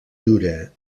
dura